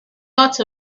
not